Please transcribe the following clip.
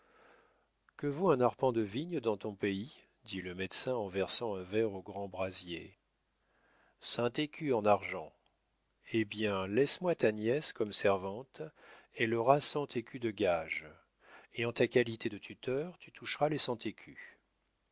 que vaut un arpent de vigne dans ton pays dit le médecin en versant un verre au grand brazier cint écus en argent eh bien laisse-moi ta nièce comme servante elle aura cent écus de gages et en ta qualité de tuteur tu toucheras les cent écus